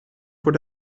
voor